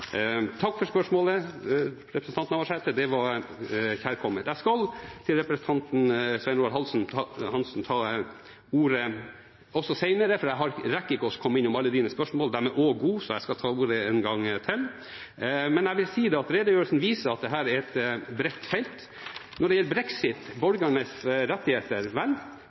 Takk til representanten Navarsete for spørsmålet, det var kjærkomment. Jeg skal også ta ordet senere, for jeg rekker ikke å komme innom alle spørsmålene til representanten Svein Roald Hansen. De er også gode, så jeg skal ta ordet en gang til. Men jeg vil si at redegjørelsen viser at dette er et bredt felt. Når det gjelder brexit og borgernes rettigheter,